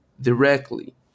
directly